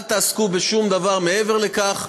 אל תעסקו בשום דבר מעבר לכך,